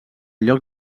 lloc